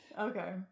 Okay